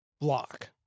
block